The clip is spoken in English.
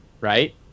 right